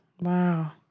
Wow